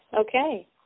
Okay